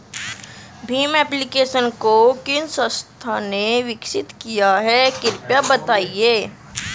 Bhim application को किस संस्था ने विकसित किया है कृपया बताइए?